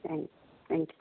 thank thank you